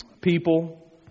people